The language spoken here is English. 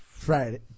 Friday